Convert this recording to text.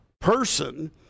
person